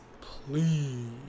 Please